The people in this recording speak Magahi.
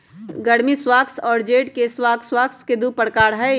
गर्मी स्क्वाश और जेड के स्क्वाश स्क्वाश के दु प्रकार हई